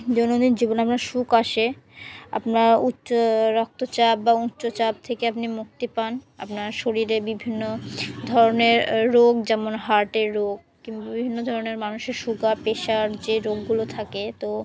দৈনন্দিন জীবনে আপনার সুখ আসে আপনার উচ্চ রক্তচাপ বা উচ্চচাপ থেকে আপনি মুক্তি পান আপনার শরীরে বিভিন্ন ধরনের রোগ যেমন হার্টের রোগ কিংবা বিভিন্ন ধরনের মানুষের সুগার প্রেশার যে রোগগুলো থাকে তো